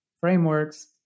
frameworks